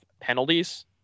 penalties